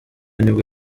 nibwo